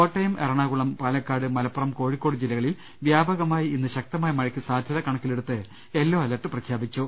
കോട്ടയം എറണാകുളം പാലക്കാട് മലപ്പുറം കോഴിക്കോട് ജില്ലകളിൽ വ്യാപകമായി ഇന്ന് ശക്തമായ മഴയ്ക്ക് സാധ്യത കണക്കിലെ ടുത്ത് യെല്ലോ അലേർട്ട് പ്രഖ്യാപിച്ചു